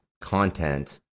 content